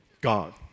God